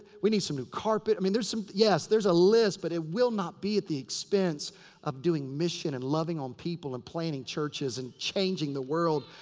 we need some new carpet. i mean there's some. yes, there's a list. but it will not be at the expense of doing mission, and loving on people and planting churches and changing the world.